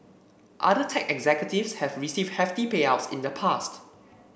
other tech executives have received hefty payouts in the past